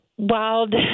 Wild